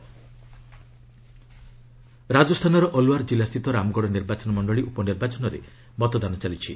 Ramgarh poll ରାଜସ୍ଥାନର ଅଲୱାର ଜିଲ୍ଲାସ୍ଥିତ ରାମଗଡ଼ ନିର୍ବାଚନ ମଣ୍ଡଳୀ ଉପନିର୍ବାଚନରେ ମତଦାନ ଚାଲିଛି